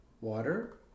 water